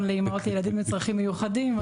לאימהות לילדים עם צרכים מיוחדים.